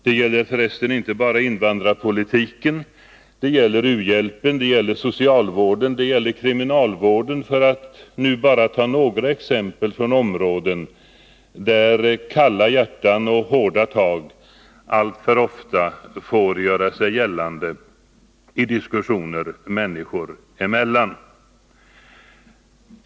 Det gäller för resten inte bara invandrarpolitiken — det gäller u-hjälpen, socialvården, kriminalvården, för att nu att bara ta några exempel från områden där kalla hjärtan och hårda tag alltför ofta får göra sig gällande i diskussioner människor emellan.